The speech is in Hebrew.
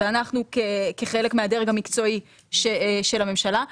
ואנחנו כחלק מהדרג המקצועי של הממשלה,